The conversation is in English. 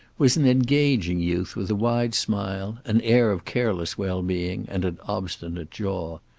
was an engaging youth with a wide smile, an air of careless well-being, and an obstinate jaw.